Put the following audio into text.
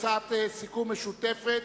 הצעת סיכום משותפת,